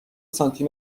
سانتی